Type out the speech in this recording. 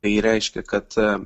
tai reiškia kad